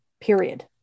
period